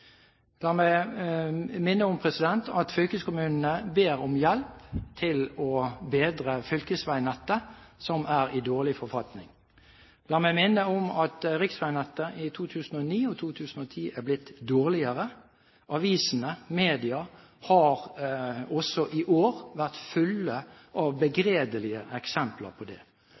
La meg minne om at fylkeskommunene ber om hjelp til å bedre fylkesveinettet, som er i dårlig forfatning. La meg minne om at riksveinettet i 2009 og i 2010 er blitt dårligere. Avisene, media, har også i år vært fulle av begredelige eksempler på det.